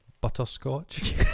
Butterscotch